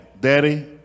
Daddy